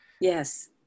Yes